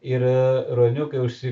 ir ruoniukai užsi